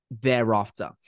thereafter